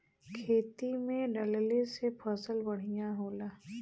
खेती में डलले से फसल बढ़िया होला